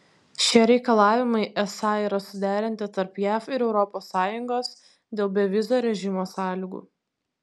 šie reikalavimai esą yra suderinti tarp jav ir europos sąjungos dėl bevizio režimo sąlygų